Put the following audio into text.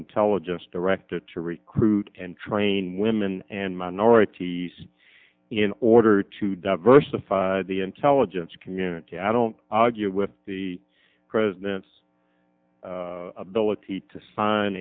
intelligence director to recruit and train women and minorities in order to diversify the intelligence community i don't argue with the president's ability to sign